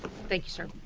thank you sir.